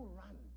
run